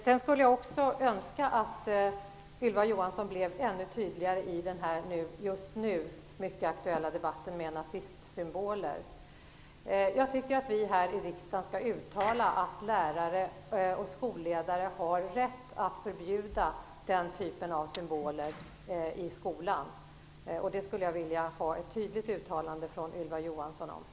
Jag skulle också önska att Ylva Johansson blev ännu tydligare i den just nu mycket aktuella debatten om nazistsymboler. Jag tycker att vi här i riksdagen skall uttala att lärare och skolledare har rätt att förbjuda denna typ av symboler i skolan. Jag skulle vilja ha ett tydligt uttalande från Ylva Johansson om det.